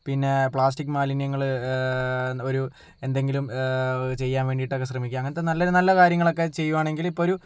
പിന്നെ പ്ലാസ്റ്റിക് മാലിന്യങ്ങള് ഒരു എന്തെങ്കിലും ചെയ്യാൻ വേണ്ടിട്ടൊക്കെ ശ്രമിക്കുക അങ്ങനത്തെ നല്ല നല്ല കാര്യങ്ങളൊക്കെ ചെയ്യുകയാണെങ്കിൽ ഇപ്പൊരു